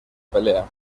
pelea